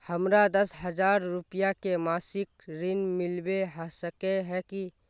हमरा दस हजार रुपया के मासिक ऋण मिलबे सके है की?